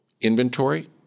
inventory